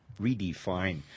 redefine